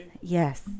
yes